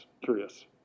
curious